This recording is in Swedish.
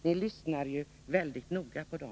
Ni lyssnar ju väldigt noga på dem.